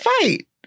fight